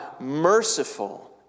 merciful